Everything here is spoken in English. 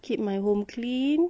keep my home clean